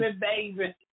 baby